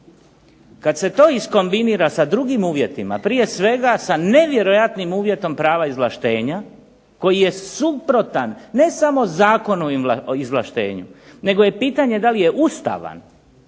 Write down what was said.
Kad se to iskombinira sa drugim uvjetima, prije svega sa nevjerojatnim uvjetom prava izvlaštenja koji je suprotan ne samo Zakonu o izvlaštenju nego je pitanje da li je ustavan